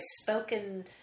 spoken